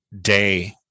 day